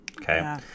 Okay